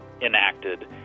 enacted